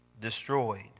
destroyed